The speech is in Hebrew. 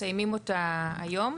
מסיימים אותה היום,